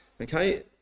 Okay